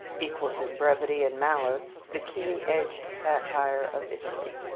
equals in brevity and malice the keen-edged satire of italy.